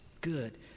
Good